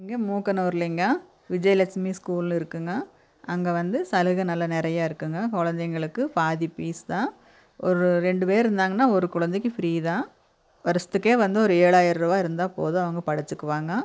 இங்க மூக்கனூர்லேங்க விஜயலட்சுமி ஸ்கூலு இருக்குதுங்க அங்கே வந்து சலுகை நல்ல நிறையா இருக்குதுங்க குழந்தைங்களுக்கு பாதி ஃபீஸ் தான் ஒரு ரெண்டு பேர் இருந்தாங்கன்னா ஒரு குழந்தைக்கு ஃப்ரீ தான் வருஷத்துக்கே வந்து ஒரு ஏழாயர ரூபா இருந்தால் போதும் அவங்க படிச்சுக்குவாங்க